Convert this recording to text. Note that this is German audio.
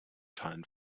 teilen